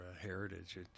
heritage